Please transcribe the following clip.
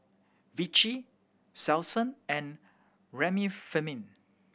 Vichy Selsun and Remifemin